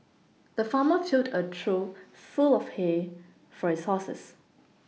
the farmer filled a trough full of hay for his horses